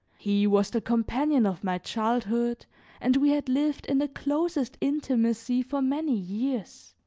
he was the companion of my childhood and we had lived in the closest intimacy for many years.